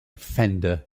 fender